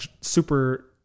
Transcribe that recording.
super